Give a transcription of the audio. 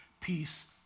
peace